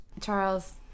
Charles